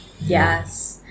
Yes